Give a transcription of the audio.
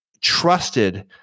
trusted